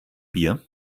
bier